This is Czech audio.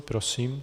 Prosím.